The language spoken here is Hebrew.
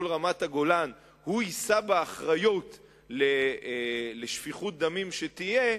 רמת-הגולן הוא יישא באחריות לשפיכות הדמים שתהיה,